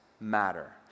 Matter